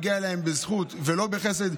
מגיע להם בזכות ולא בחסד.